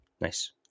Nice